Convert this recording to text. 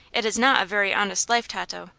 it is not a very honest life, tato,